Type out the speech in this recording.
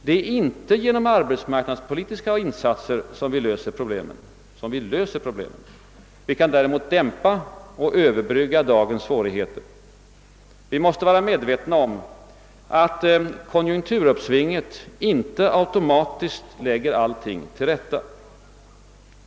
Det är inte genom arbetsmarknadspolitiska insatser som vi löser problemen; vi kan däremot dämpa och överbrygga dagens svårigheter. Vi måste vara medvetna om att konjunkturuppsvinget inte automatiskt lägger allting till rätta.